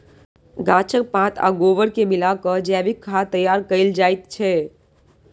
गाछक पात आ गोबर के मिला क जैविक खाद तैयार कयल जाइत छै